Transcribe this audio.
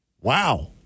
Wow